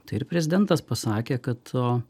tai ir prezidentas pasakė kad o